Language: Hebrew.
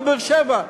בבאר-שבע.